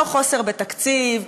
לא חוסר בתקציב,